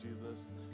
Jesus